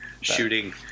shooting